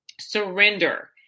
surrender